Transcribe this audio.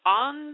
on